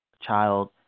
child